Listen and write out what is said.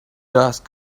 ask